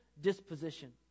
disposition